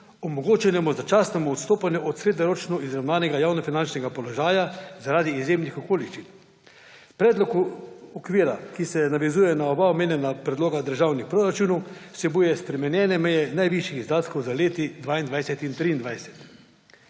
omogočenemu začasnemu odstopanju od srednjeročno izravnanega javnofinančnega položaja zaradi izjemnih okoliščin. Predlog okvira, ki se navezuje na oba omenjena predloga državnih proračunov, vsebuje spremenjene meje najvišjih izdatkov za leti 2022 in 2023.